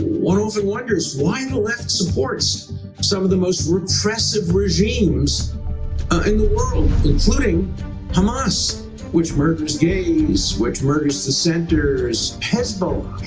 one often wonders why and the left supports some of the most repressive regimes in the world including hamas which murders gays, which murders dissenters, hezbollah.